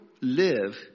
live